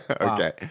okay